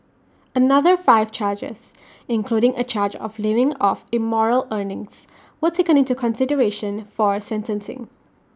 another five charges including A charge of living off immoral earnings were taken into consideration for sentencing